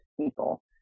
people